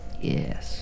Yes